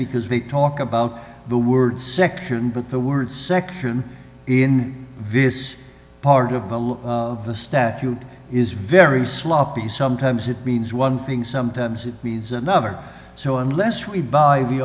because we talk about the word section but the word section in various part of the statute is very sloppy sometimes it means one thing sometimes it means another so unless we buy the